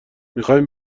میخایم